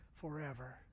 forever